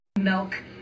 milk